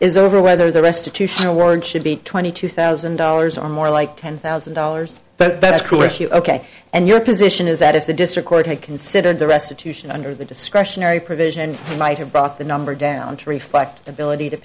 is over whether the restitution award should be twenty two thousand dollars or more like ten thousand dollars but that's clear ok and your position is that if the district court had considered the restitution under the discretionary provision and might have brought the number down to a five ability to